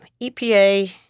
EPA